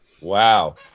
Wow